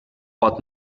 pot